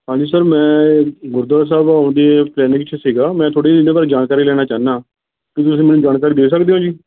ਹਾਂਜੀ ਸਰ ਮੈਂ ਗੁਰਦੁਆਰਾ ਸਾਹਿਬ ਆਉਣ ਦੀ ਪਲੈਨਿੰਗ 'ਚ ਸੀਗਾ ਮੈਂ ਥੋੜ੍ਹੀ ਇਹਦੇ ਬਾਰੇ ਜਾਣਕਾਰੀ ਲੈਣਾ ਚਾਹੁੰਦਾ ਕੀ ਤੁਸੀਂ ਮੈਨੂੰ ਜਾਣਕਾਰੀ ਦੇ ਸਕਦੇ ਹੋ ਜੀ